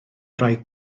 wraig